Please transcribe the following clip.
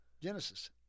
Genesis